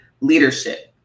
leadership